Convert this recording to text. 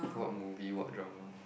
what movie what drama